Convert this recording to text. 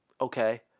Okay